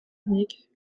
unique